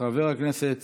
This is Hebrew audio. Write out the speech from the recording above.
חבר הכנסת